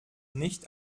nicht